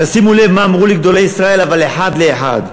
תשימו לב מה אמרו לי גדולי ישראל, אבל אחד לאחד: